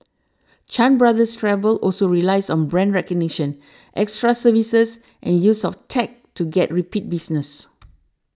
Chan Brothers Travel also relies on brand recognition extra services and use of tech to get repeat business